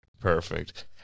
Perfect